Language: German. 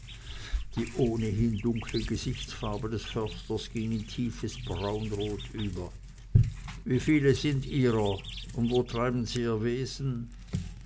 die ohnehin dunkle gesichtsfarbe des försters ging in tiefes braunrot über wie viele sind ihrer und wo treiben sie ihr wesen